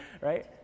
Right